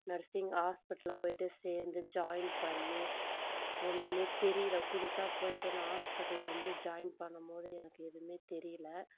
nursing ஹாஸ்பிட்டலில் போயிட்டு சேர்ந்து ஜாயின் பண்ணி ஒன்றுமே தெரியல புதுசாக போயிட்டு நான் ஹாஸ்பிட்டலில் வந்து ஜாயின் பண்ணும் போது எனக்கு எதுவுமே தெரியல